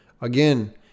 Again